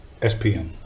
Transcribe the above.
SPM